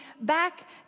back